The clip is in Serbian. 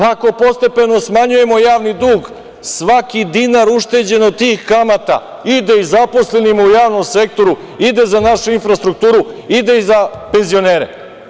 Ako postepeno smanjujemo javni dug, svaki dinar ušteđen od tih kamata ide i zaposlenima u javnom sektoru, ide za našu infrastrukturu, ide i za penzionere.